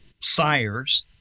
sires